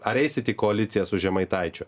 ar eisit į koaliciją su žemaitaičiu